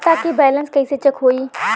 खता के बैलेंस कइसे चेक होई?